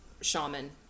shaman